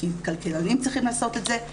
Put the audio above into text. כי כלכלנים צריכים לעשות את זה,